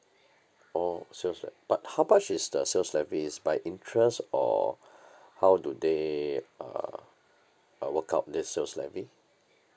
oh sales le~ but how much is the sales levy it's by interest or how do they uh uh work out this sales levy